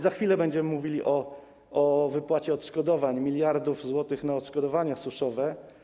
Za chwilę będziemy mówili o wypłacie odszkodowań, miliardów złotych na odszkodowania suszowe.